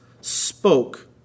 spoke